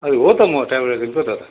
हजुर हो त म ट्राभल एजेन्टको त हो त